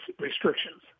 restrictions